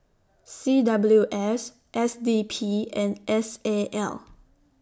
C W S S D P and S A L